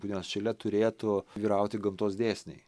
punios šile turėtų vyrauti gamtos dėsniai